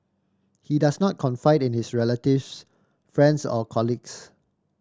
he does not confide in his relatives friends or colleagues